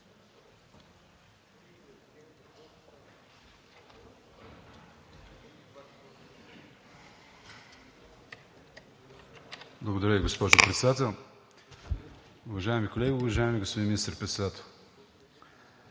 Благодаря Ви, госпожо Председател. Уважаеми колеги! Уважаеми господин Министър-председател,